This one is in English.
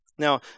Now